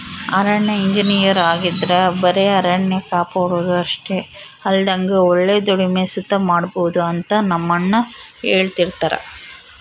ಅರಣ್ಯ ಇಂಜಿನಯರ್ ಆಗಿದ್ರ ಬರೆ ಅರಣ್ಯ ಕಾಪಾಡೋದು ಅಷ್ಟೆ ಅಲ್ದಂಗ ಒಳ್ಳೆ ದುಡಿಮೆ ಸುತ ಮಾಡ್ಬೋದು ಅಂತ ನಮ್ಮಣ್ಣ ಹೆಳ್ತಿರ್ತರ